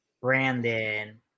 Brandon